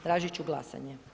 Tražit ću glasanje.